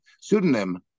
pseudonym